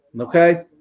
Okay